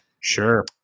sure